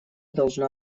должна